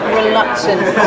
reluctant